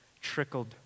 trickled